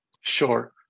Sure